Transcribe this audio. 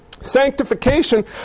Sanctification